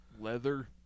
Leather